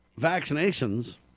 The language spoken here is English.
vaccinations